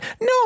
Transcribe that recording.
no